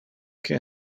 que